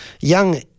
Young